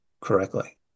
correctly